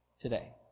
today